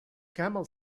camel